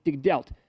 dealt